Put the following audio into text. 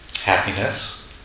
happiness